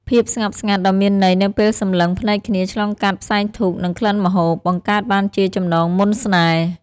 ភាពស្ងប់ស្ងាត់ដ៏មានន័យនៅពេលសម្លឹងភ្នែកគ្នាឆ្លងកាត់ផ្សែងធូប និងក្លិនម្ហូប បង្កើតបានជាចំណងមន្តស្នេហ៍។